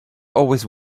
always